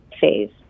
phase